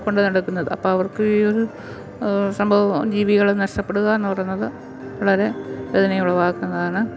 കൊണ്ട് നടക്കുന്നത് അപ്പോള് അവർക്ക് ഈയൊരു സംഭവുവാ ജീവികളെ നഷ്ടപ്പെടുക എന്നു പറയുന്നത് വളരെ വേദനയുളവാക്കുന്നതാണ്